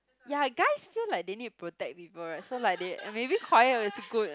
ya guys feel like they need to protect people right so like they maybe quiet also good